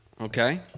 Okay